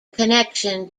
connection